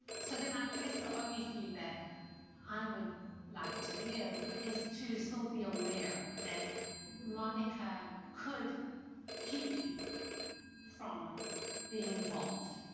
so then i guess the only feedback i would like to give is to still be aware that monica could keep you from being involved.